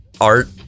art